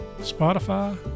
Spotify